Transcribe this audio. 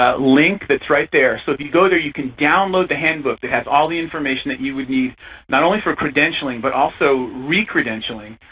ah link that's right there. so if you go there, you can download the handbook that has all the information you would need not only for credentialing but also re-credentialing.